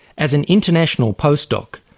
as an international post doc,